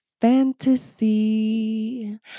Fantasy